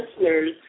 listeners